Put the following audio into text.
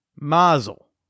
Mazel